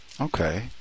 Okay